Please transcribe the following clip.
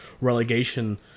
relegation